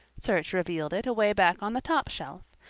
search revealed it away back on the top shelf.